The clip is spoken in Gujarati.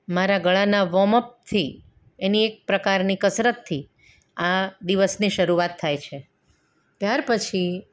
મારા ગળાના વૉર્મઅપથી એની એક પ્રકારની કસરતથી આ દિવસની શરૂઆત થાય છે ત્યાર પછી